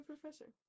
professor